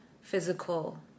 physical